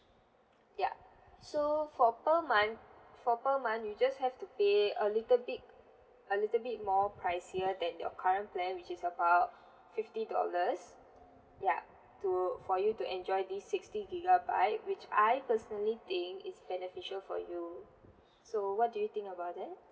yup so for per month for per month you just have to pay a little bit a little bit more pricier than your current plan which is about fifty dollars ya to for you to enjoy this sixty gigabyte which I personally think is beneficial for you so what do you think about that